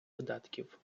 видатків